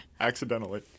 Accidentally